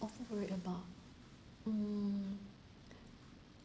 always worried about mm